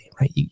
right